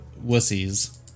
wussies